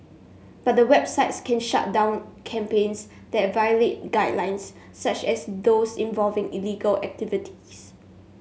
but the websites can shut down campaigns that violate guidelines such as those involving illegal activities